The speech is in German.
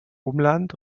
umland